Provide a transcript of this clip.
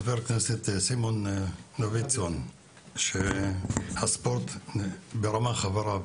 נמצא איתנו גם חבר הכנסת סימון דוידסון שהספורט ברמ"ח איבריו.